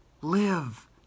Live